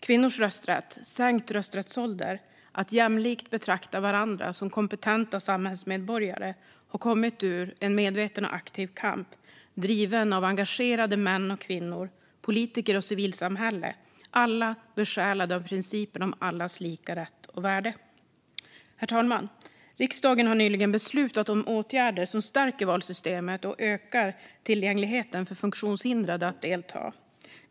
Kvinnors rösträtt, sänkt rösträttsålder och att jämlikt betrakta varandra som kompetenta samhällsmedborgare har kommit ur en medveten och aktiv kamp, driven av engagerade män och kvinnor, politiker och civilsamhälle - alla besjälade av principen om allas lika rätt och värde. Herr talman! Riksdagen har nyligen beslutat om åtgärder som stärker valsystemet och ökar tillgängligheten för funktionshindrade att delta.